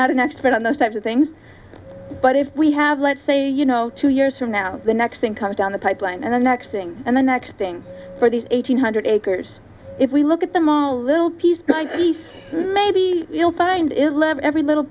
not an expert on those types of things but if we have let's say you know two years from now the next thing comes down the pipeline and the next thing and the next thing for these eight hundred acres if we look at them all a little piece by piece maybe you'll find it love every little